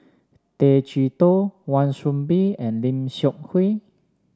Tay Chee Toh Wan Soon Bee and Lim Seok Hui